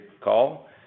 call